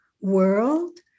world